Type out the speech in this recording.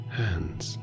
hands